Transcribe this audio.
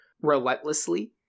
relentlessly